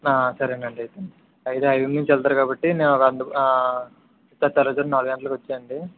సరే అండి అయితే ఐదు నుంచి వెళ్తారు కాబట్టి నేను తె తెల్లవారుజామున నాలుగు గంటలకి వచ్చేయండి